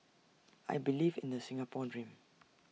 I believe in the Singapore dream